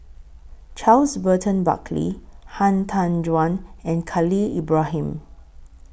Charles Burton Buckley Han Tan Juan and Khalil Ibrahim